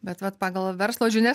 bet vat pagal verslo žinias